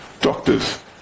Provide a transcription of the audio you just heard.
Doctors